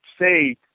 say